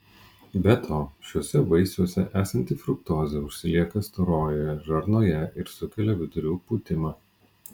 be to šiuose vaisiuose esanti fruktozė užsilieka storojoje žarnoje ir sukelia vidurių pūtimą